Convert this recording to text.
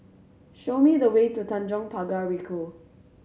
show me the way to Tanjong Pagar Ricoh